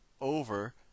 over